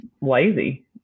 lazy